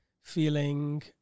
feeling